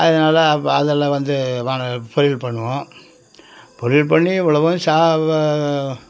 அதனால அதெல்லாம் வந்து வாணலி பொரியல் பண்ணுவோம் பொரியல் பண்ணி இவ்வளவும்